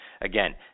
Again